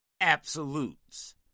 absolutes